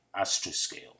Astroscale